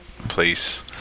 place